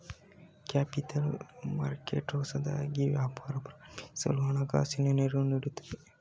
capital market ಹೊಸದಾಗಿ ವ್ಯಾಪಾರ ಪ್ರಾರಂಭಿಸಲು ಹಣಕಾಸಿನ ನೆರವು ನೀಡುತ್ತದೆ